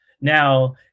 Now